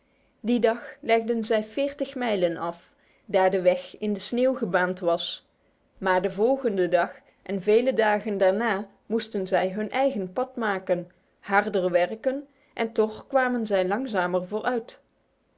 die dag legden zij veertig mijlen af daar de weg in de sneeuw gebaand was maar de volgende dag en vele dagen daarna moesten zij hun eigen pad maken harder werken en toch kwamen zij langzamer vooruit